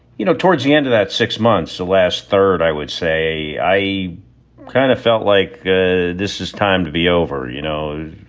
you know, towards the end of that six months, the last third, i would say i kind of felt like this is time to be over, you know,